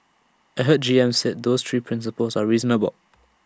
I heard G M said those three principles are reasonable